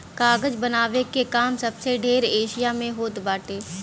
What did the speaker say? कागज बनावे के काम सबसे ढेर एशिया में होत बाटे